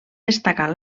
destacar